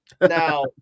Now